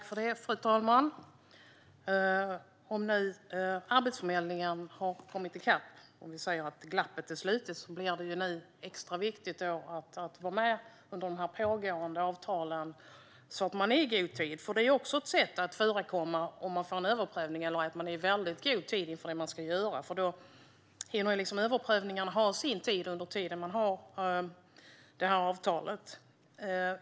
Fru talman! Om Arbetsförmedlingen har kommit i kapp - om vi säger att glappet är slutet - blir det ju extra viktigt att nu vara med under de pågående avtalen, så att man är ute i god tid. Det är nämligen också ett sätt att förekomma en överprövning, att vara ute i väldigt god tid med det man ska göra. Då hinner nämligen överprövningen ha sin tid under tiden man har avtalet.